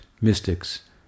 mystics